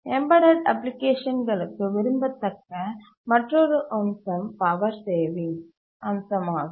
embedded அப்ளிகேஷன்கள்களுக்கு விரும்பத்தக்க மற்றொரு அம்சம் பவர் சேவிங் அம்சமாகும்